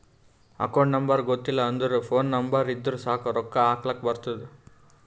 account number ಗೊತ್ತಿಲ್ಲ ಅಂದುರ್ phone number ಇದ್ದುರ್ ಸಾಕ್ ರೊಕ್ಕಾ ಹಾಕ್ಲಕ್ ಬರ್ತುದ್